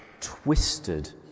twisted